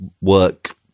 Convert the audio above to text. work